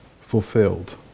fulfilled